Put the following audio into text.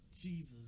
Jesus